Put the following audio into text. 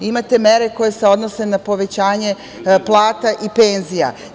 Imate mere koje se odnose na povećanje plata i penzija.